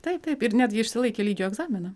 taip taip ir netgi išsilaikė lygio egzaminą